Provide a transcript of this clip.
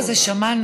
וגם שם,